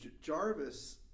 jarvis